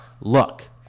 look